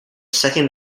second